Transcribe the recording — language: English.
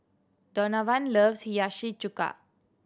Donavon loves Hiyashi Chuka